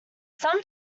some